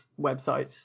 websites